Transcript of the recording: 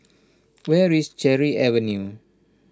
where is Cherry Avenue